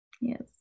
Yes